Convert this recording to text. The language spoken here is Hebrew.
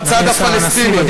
בצד הפלסטיני,